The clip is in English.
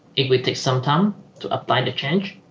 if we take some time to apply the change